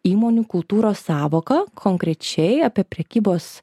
įmonių kultūros sąvoką konkrečiai apie prekybos